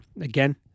again